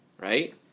right